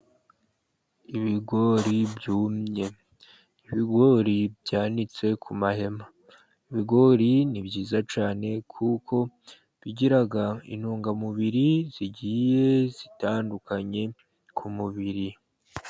Ibigori byumye, ibigori byanitse ku mahema, ibigori ni byiza cyane, kuko bigira intungamubiri zigiye zitandukanye ku mubiri.